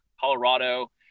Colorado